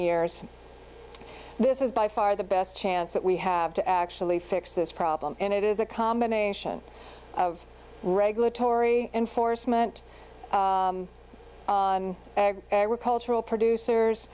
years this is by far the best chance that we have to actually fix this problem and it is a combination of regulatory enforcement eg agricultural producers